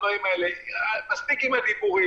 מספיק עם הדיבורים.